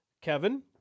Kevin